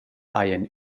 hajan